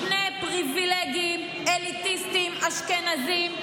שני פריבילגים אליטיסטים אשכנזים,